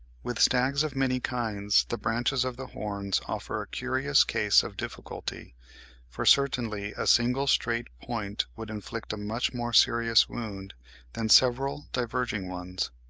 with stags of many kinds the branches of the horns offer a curious case of difficulty for certainly a single straight point would inflict a much more serious wound than several diverging ones.